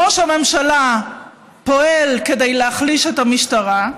ראש הממשלה פועל כדי להחליש את המשטרה,